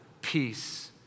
peace